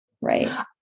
Right